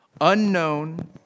unknown